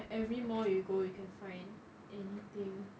like every mall you go you can find anything